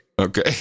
okay